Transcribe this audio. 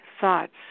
thoughts